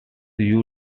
you